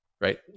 Right